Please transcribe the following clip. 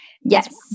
Yes